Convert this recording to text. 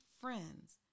friends